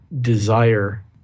desire